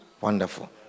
wonderful